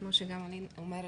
כמו שגם אני אומרת,